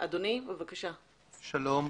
שלום.